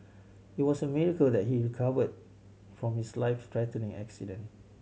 it was a miracle that he recovered from his life threatening accident